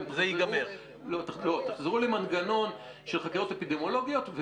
אתם תחזרו למנגנון של חקירות אפידמיולוגיות.